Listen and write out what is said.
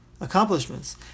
accomplishments